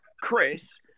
Chris